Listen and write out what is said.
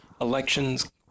elections